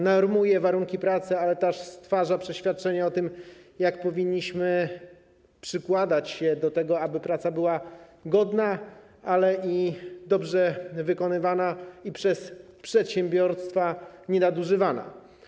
Normuje ona warunki pracy, ale też stwarza przeświadczenie o tym, jak powinniśmy przykładać się do tego, aby praca była godna, ale i dobrze wykonywana i przez przedsiębiorstwa nienadużywana.